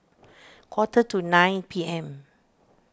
quarter to nine P M